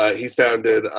ah he founded